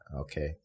Okay